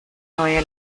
neue